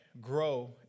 grow